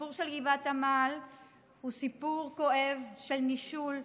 הסיפור של גבעת עמל הוא סיפור כואב של נישול,